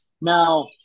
Now